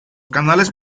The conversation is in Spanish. canales